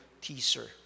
teaser